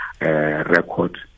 record